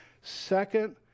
Second